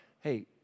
hey